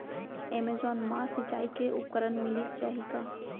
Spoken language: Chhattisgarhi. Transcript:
एमेजॉन मा सिंचाई के उपकरण मिलिस जाही का?